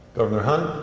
governor hunt,